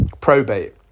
probate